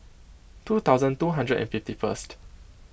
two thousand two hundred and fifty first